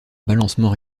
balancement